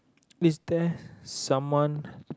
is there someone